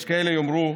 יש כאלה שיאמרו: